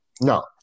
No